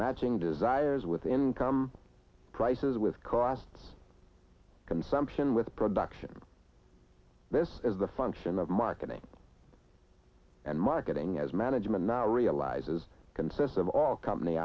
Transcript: matching desires with income prices with costs consumption with production this is the function of marketing and marketing as management now realizes consists of all company